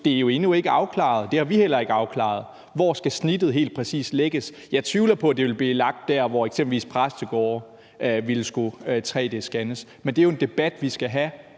det er jo endnu ikke afklaret, og det har vi heller ikke fået afklaret. Hvor skal snittet helt præcis lægges? Jeg tvivler på, at det vil blive lagt der, hvor eksempelvis præstegårde ville skulle tre-d-scannes. Men det er jo en debat, vi skal have